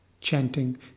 chanting